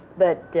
but